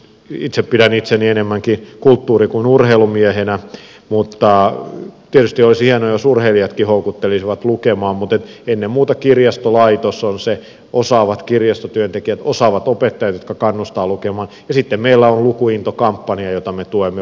itse pidän itseäni enemmänkin kulttuuri kuin urheilumiehenä mutta tietysti olisi hienoa jos urheilijatkin houkuttelisivat lukemaan mutta ennen muuta kirjastolaitos osaavat kirjastotyöntekijät osaavat opettajat kannustavat lukemaan ja sitten meillä on lukuinto kampanja jota me tuemme voimakkaasti